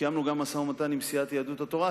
קיימנו גם משא-ומתן עם סיעת יהדות התורה,